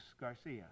Garcia